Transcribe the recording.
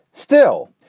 still,